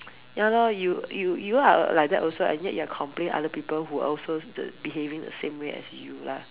ya lor you you you are like that also and yet you're complaining other people who is also behaving the same way as you lah